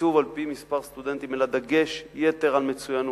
תקצוב על-פי מספר סטודנטים אלא דגש יתר על מצוינות.